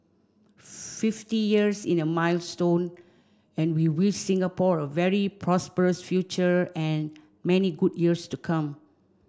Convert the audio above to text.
fifty years in a milestone and we wish Singapore a very prosperous future and many good years to come